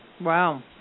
wow